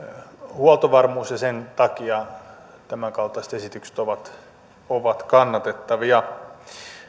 huoltovarmuus ja sen takia tämänkaltaiset esitykset ovat ovat kannatettavia